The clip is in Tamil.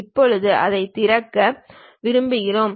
இப்போது அதை திறக்க விரும்புகிறோம்